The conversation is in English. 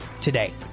today